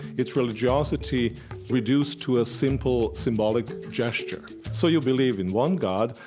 it's religiosity reduced to a simple symbolic gesture. so you believe in one god,